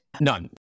None